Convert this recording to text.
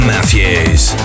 Matthews